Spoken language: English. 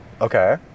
Okay